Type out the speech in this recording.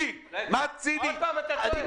וצוין בדברי ההסבר לא טעמים של דחיפות רפואית ולא שאנשים